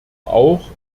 auch